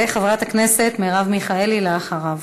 וחברת הכנסת מרב מיכאלי אחריו.